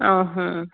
ଅ ହଁ